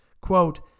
Quote